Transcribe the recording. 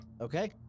Okay